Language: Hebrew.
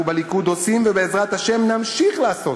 אנחנו בליכוד עושים ובעזרת השם נמשיך לעשות,